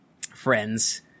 friends